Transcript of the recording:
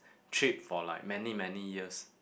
trip for like many many years